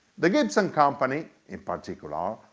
the gibson company, in particular,